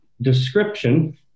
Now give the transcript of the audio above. description